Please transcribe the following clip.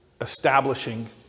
establishing